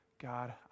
God